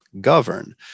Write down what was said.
govern